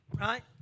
right